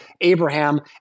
Abraham